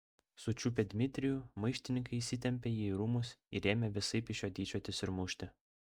sučiupę dmitrijų maištininkai įsitempė jį į rūmus ir ėmė visaip iš jo tyčiotis ir mušti